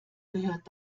gehört